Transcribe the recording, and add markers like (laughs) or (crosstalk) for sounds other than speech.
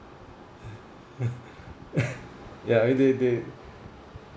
(laughs) ya